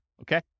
Okay